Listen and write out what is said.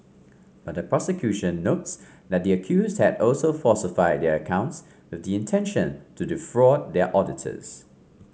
but the prosecution notes that the accused had also falsified their accounts with the intention to defraud their auditors